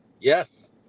yes